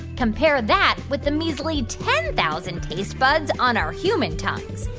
compare that with the measly ten thousand taste buds on our human tongues.